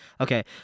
okay